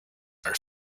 are